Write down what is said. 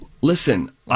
Listen